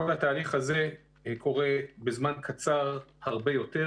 כל התהליך הזה קורה בזמן קצר הרבה יותר,